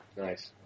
Nice